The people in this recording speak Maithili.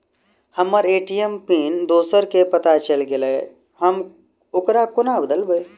हम्मर ए.टी.एम पिन दोसर केँ पत्ता चलि गेलै, हम ओकरा कोना बदलबै?